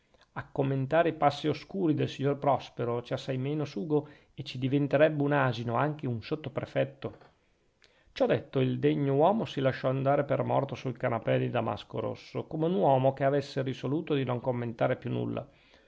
a commentare i passi oscuri del signor prospero c'è assai meno sugo e ci diventerebbe un asino anche un sottoprefetto ciò detto il degno uomo si lasciò andare per morto sul canapè di damasco rosso come un uomo che avesse risoluto di non commentare più nulla